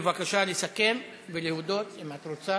בבקשה לסכם ולהודות, אם את רוצה.